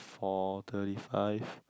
four thirty five